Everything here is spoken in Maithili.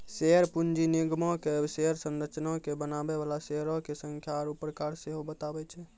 शेयर पूंजी निगमो के शेयर संरचना के बनाबै बाला शेयरो के संख्या आरु प्रकार सेहो बताबै छै